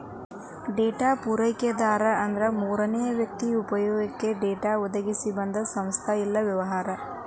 data ಪೂರೈಕೆದಾರ ಅಂದ್ರ ಮೂರನೇ ವ್ಯಕ್ತಿ ಉಪಯೊಗಕ್ಕ ಡೇಟಾ ಒದಗಿಸೊ ಒಂದ್ ಸಂಸ್ಥಾ ಇಲ್ಲಾ ವ್ಯವಹಾರ